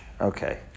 okay